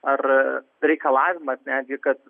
ar reikalavimas netgi kad